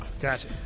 gotcha